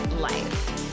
life